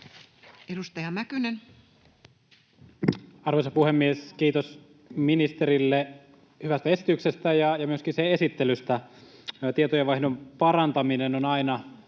14:47 Content: Arvoisa puhemies! Kiitos ministerille hyvästä esityksestä ja myöskin sen esittelystä. Tietojenvaihdon parantaminen on aina